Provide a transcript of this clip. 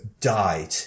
died